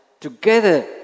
Together